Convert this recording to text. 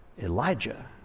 Elijah